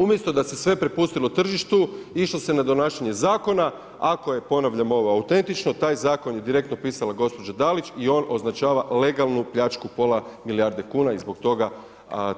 Umjesto da se sve prepustilo tržištu, išlo se na donašanje zakona, ako je, ponavljam, ovo autentično taj zakon je direktno pisala gospođa Dalić i on označava legalnu pljačku pola milijarde kune i zbog toga